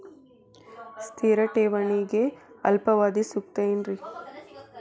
ಸ್ಥಿರ ಠೇವಣಿಗೆ ಅಲ್ಪಾವಧಿ ಸೂಕ್ತ ಏನ್ರಿ?